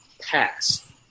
pass